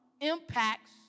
impacts